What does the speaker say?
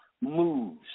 moves